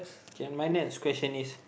okay ah my next question is